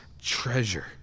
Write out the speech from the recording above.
treasure